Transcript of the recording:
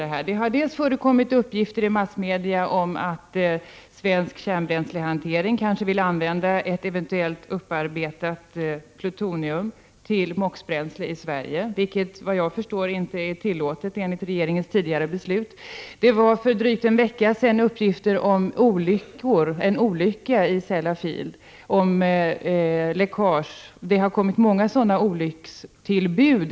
Det gäller t.ex. uppgiften i massmedia om att svensk kärnbränslehantering vill använda ett eventuellt upparbetat plutonium till MOX-bränsle i Sverige. Prot. 1988/89:12 Detta är, såvitt jag förstår, enligt regeringens tidigare beslut inte tillåtet. 20 oktober 1988 För drygt en vecka sedan kom uppgifter om en olycka i Sellafield i samband med läckage. Det har varit många sådana olyckstillbud.